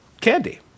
candy